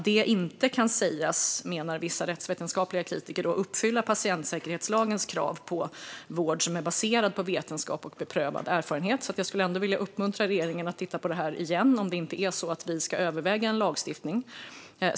Detta, menar vissa rättsvetenskapliga kritiker, kan inte sägas uppfylla patientsäkerhetslagens krav på vård som är baserad på vetenskap och beprövad erfarenhet. Jag skulle därför vilja uppmuntra regeringen att åter titta på om vi inte ska överväga en lagstiftning.